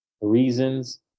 reasons